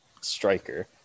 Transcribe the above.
striker